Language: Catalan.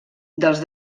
dels